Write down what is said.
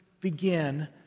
begin